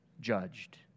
judged